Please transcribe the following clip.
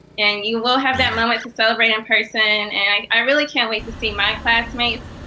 and you will have that moment to celebrate in person and i really can't wait to see my classmates.